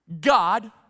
God